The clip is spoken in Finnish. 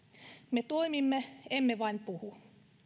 me toimimme emme vain puhu